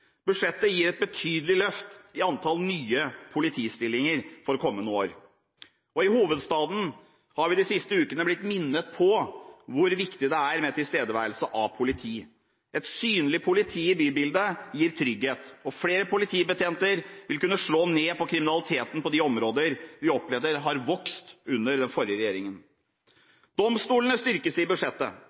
Budsjettet gir et betydelig løft i antall nye politistillinger for kommende år. I hovedstaden har vi de siste ukene blitt minnet på hvor viktig det er med tilstedeværelse av politi. Et synlig politi i bybildet gir trygghet. Flere politibetjenter vil kunne slå ned på kriminaliteten på de områder vi opplever har vokst under den forrige regjeringen. Domstolene styrkes i budsjettet